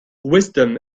wisdom